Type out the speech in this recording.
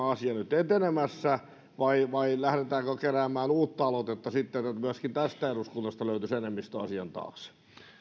asia nyt etenemässä vai vai lähdetäänkö keräämään uutta aloitetta että myöskin tästä eduskunnasta löytyisi enemmistö asian taakse